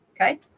Okay